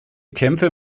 kämpfe